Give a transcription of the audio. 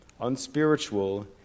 unspiritual